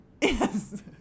Yes